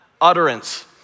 utterance